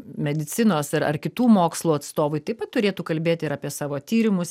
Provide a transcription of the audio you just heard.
medicinos ar ar kitų mokslų atstovai taip pat turėtų kalbėt ir apie savo tyrimus